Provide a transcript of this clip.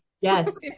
yes